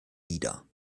nieder